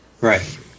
Right